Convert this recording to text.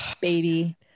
baby